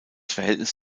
verhältnis